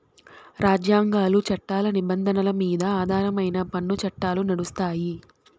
రాజ్యాంగాలు, చట్టాల నిబంధనల మీద ఆధారమై పన్ను చట్టాలు నడుస్తాయి